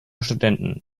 studenten